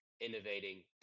innovating